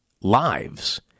lives